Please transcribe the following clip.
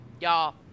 y'all